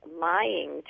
lying